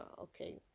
okay